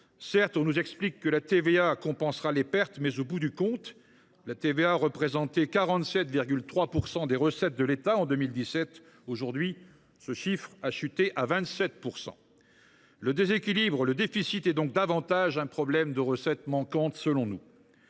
Certes, on nous explique que la TVA compensera les pertes. Toutefois, la TVA représentait 47,3 % des recettes de l’État en 2017 ; aujourd’hui, ce chiffre a chuté à 27 %. Le déséquilibre, le déficit est donc davantage dû à un problème de recettes manquantes, selon nous.